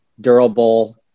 durable